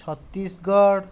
Chhattisgarh